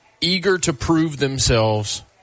eager-to-prove-themselves